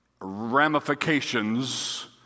ramifications